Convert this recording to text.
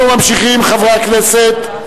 אנחנו ממשיכים, חברי הכנסת,